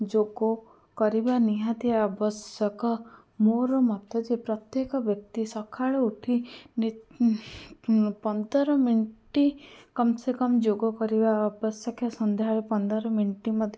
ଯୋଗ କରିବା ନିହାତି ଆବଶ୍ୟକ ମୋର ମତ ଯେ ପ୍ରତ୍ୟେକ ବ୍ୟକ୍ତି ସକାଳୁ ଉଠି ନିତ ପନ୍ଦର ମିନିଟ୍ କମ୍ ସେ କମ୍ ଯୋଗ କରିବା ଆବଶ୍ୟକ ସଂନ୍ଧ୍ୟାବେଳେ ପନ୍ଦର ମିନିଟ୍